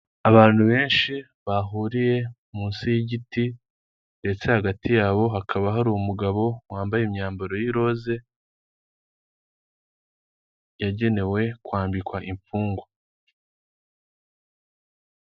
Imodoka y'ibara ry'umukara itambuka mu muhanda, uruzitiro rugizwe n'ibyuma ndetse n'amatafari ahiye, umuferege unyuramo amazi wugarijwe cyangwa se ufunzwe